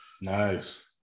Nice